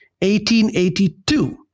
1882